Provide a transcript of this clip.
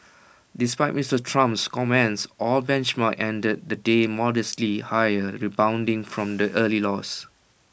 despite Mister Trump's comments all benchmarks ended the day modestly higher rebounding from early losses